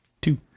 Two